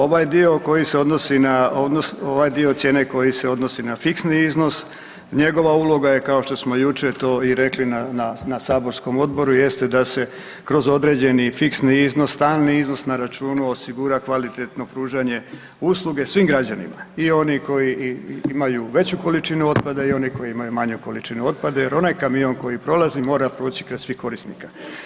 Ovaj dio koji se odnosi na, ovaj dio cijene koji se odnosi na fiksni iznos, njegova uloga je kao što smo jučer to i rekli na, na, na saborskom odboru jeste da se kroz određeni fiksni iznos, stalni iznos na računu osigura kvalitetno pružanje usluge svim građanima i oni koji imaju veću količinu otpada i oni koji imaju manje količine otpada jer onaj kamion koji prolazi mora proći kraj svih korisnika.